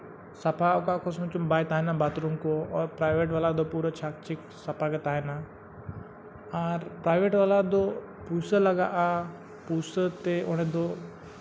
ᱥᱟᱯᱷᱟ ᱚᱠᱟ ᱚᱠᱟ ᱥᱚᱢᱚᱭ ᱪᱚᱝ ᱵᱟᱭ ᱛᱟᱦᱮᱱᱟ ᱵᱟᱛᱷᱨᱩᱢ ᱠᱚ ᱯᱨᱟᱭᱵᱷᱮᱴ ᱵᱟᱞᱟ ᱫᱚ ᱯᱩᱨᱟᱹ ᱪᱷᱟᱸᱠᱼᱪᱷᱤᱠ ᱥᱟᱯᱷᱟ ᱜᱮ ᱛᱟᱦᱮᱱᱟ ᱟᱨ ᱯᱨᱟᱭᱵᱷᱮᱹᱴ ᱵᱟᱞᱟ ᱫᱚ ᱯᱩᱭᱥᱟᱹ ᱞᱟᱜᱟᱜᱼᱟ ᱯᱩᱭᱥᱟᱹ ᱛᱮ ᱚᱸᱰᱮ ᱫᱚ